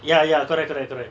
ya ya correct correct correct